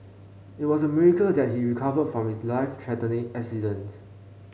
it was a miracle that he recovered from his life threatening accident